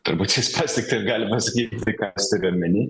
turbūt jis pats tiktai ir gali pasakyt tai ką jis turi omeny